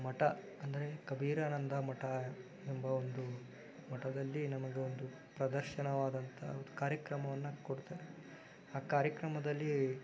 ಮಠ ಅಂದರೆ ಕಬೀರಾನಂದ ಮಠ ಎಂಬ ಒಂದು ಮಠದಲ್ಲಿ ನಮಗೆ ಒಂದು ಪ್ರದರ್ಶನವದಂಥ ಕಾರ್ಯಕ್ರಮವನ್ನು ಕೊಡ್ತಾರೆ ಆ ಕಾರ್ಯಕ್ರಮದಲ್ಲಿ